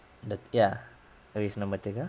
the ya jadi nombor tiga